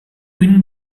win